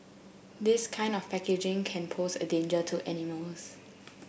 this kind of packaging can pose a danger to animals